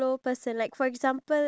okay you have